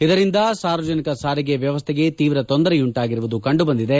ಇದರಿಂದ ಸಾರ್ವಜನಿಕ ಸಾರಿಗೆ ವ್ಲವಸ್ಥೆಗೆ ತೀವ್ರ ತೊಂದರೆಯುಂಟಾಗಿರುವುದು ಕಂಡುಬಂದಿದೆ